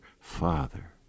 father